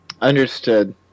Understood